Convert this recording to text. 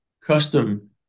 custom